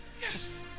Yes